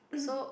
so